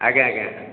ଆଜ୍ଞା ଆଜ୍ଞା